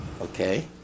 Okay